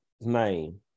name